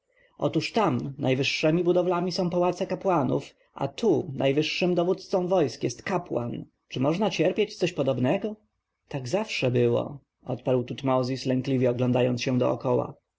otóż tam najwyższemi budowlami są pałace kapłanów a tu najwyższym dowódcą wojsk jest kapłan czy można cierpieć coś podobnego tak zawsze było odparł tutmozis lękliwie oglądając się dokoła